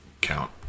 count